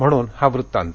म्हणून हा वृत्तांत